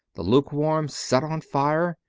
the luke warm set on fire,